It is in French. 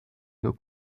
nos